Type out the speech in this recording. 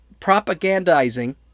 propagandizing